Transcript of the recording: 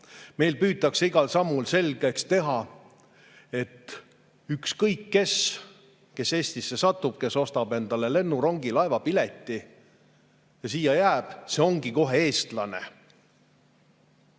Meile püütakse igal sammul selgeks teha, et ükskõik kes, kes Eestisse satub, kes ostab endale lennu‑, rongi‑, laevapileti ja siia jääb, see ongi kohe eestlane.